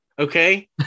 Okay